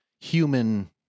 human